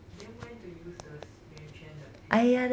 then went to use the 圆圈 the pan